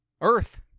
Earth